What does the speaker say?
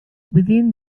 within